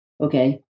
okay